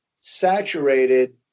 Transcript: saturated